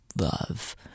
love